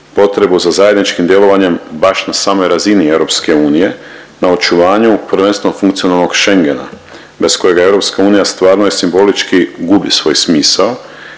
potrebu za zajedničkim djelovanjem baš na samoj razini EU na očuvanju prvenstveno funkcionalnog Schengena bez kojeg EU stvarno i simbolički gubi svoj smisao,